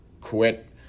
quit